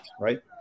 right